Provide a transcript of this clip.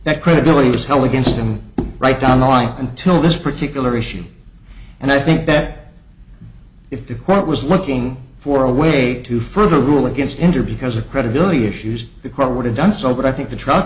that credibility was held against him right down the line until this particular issue and i think that if the quote was looking for a way to further rule against interview because of credibility issues the court would have done so but i think the truck